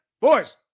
boys